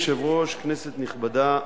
אדוני היושב-ראש, כנסת נכבדה,